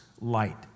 light